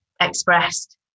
expressed